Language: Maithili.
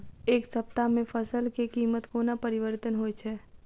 एक सप्ताह मे फसल केँ कीमत कोना परिवर्तन होइ छै?